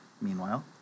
Meanwhile